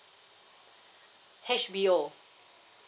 H_B_O